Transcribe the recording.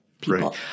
people